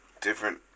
different